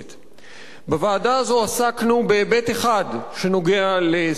בוועדה הזו עסקנו בהיבט אחד שנוגע לסוגיות העורף,